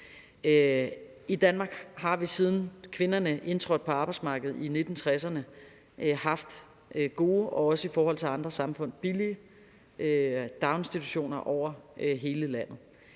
I Danmark har vi, siden kvinderne indtrådte på arbejdsmarkedet i 1960'erne, haft gode og også i forhold til andre samfund billige daginstitutioner over hele landet.